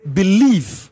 believe